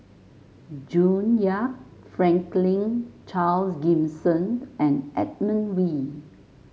June Yap Franklin Charles Gimson and Edmund Wee